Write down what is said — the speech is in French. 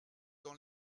dans